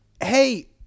Hey